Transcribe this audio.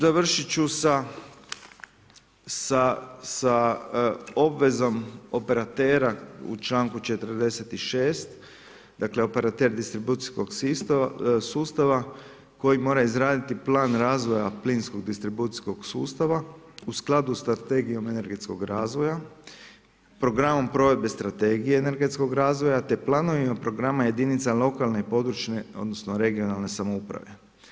Završit ću sa obvezom operatera u članku 46., dakle operater distribucijskog sustava koji mora izraditi plan razvoja plinskog distribucijskog sustava, u skladu sa Strategijom energetskog razvoja, programom provedbe Strategije energetskog razvoja te planovima i programa jedinice lokalne i područne odnosno regionalne samouprave.